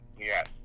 Yes